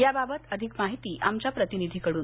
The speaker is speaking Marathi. या बाबत अधिक माहिती आमच्या प्रतिनिधीकडून